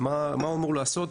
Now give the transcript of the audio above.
מה הוא אמור לעשות.